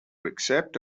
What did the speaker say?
accept